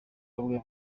bamwe